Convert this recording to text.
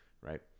right